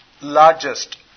largest